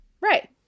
Right